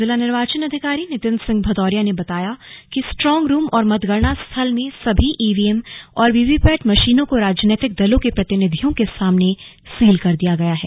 जिला निर्वाचन अधिकारी नितिन सिंह भदौरिया ने बताया कि स्ट्रांग रूम और मतगणना स्थल में सभी ईवीएम और वीवीपैट मशीनों को राजनैतिक दलों के प्रतिनिधियों के सामने सील कर दिया गया है